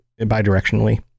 bidirectionally